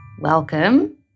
Welcome